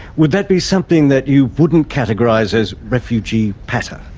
would that be something that you wouldn't categorise as refugee patter?